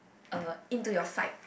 uh into your sight